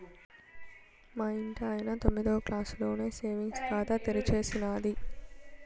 మా ఇంటాయన తొమ్మిదో క్లాసులోనే సేవింగ్స్ ఖాతా తెరిచేసినాది